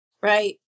Right